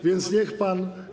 Więc niech pan.